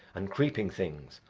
and creeping things,